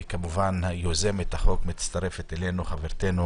יוזמת החוק מצטרפת אלינו, חברתנו